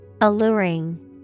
Alluring